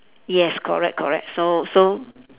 yes correct correct so so